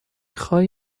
خوای